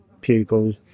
pupils